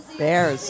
bears